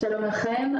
שלום לכם,